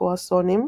קרואסונים,